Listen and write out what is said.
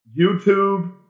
YouTube